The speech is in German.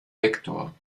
vektor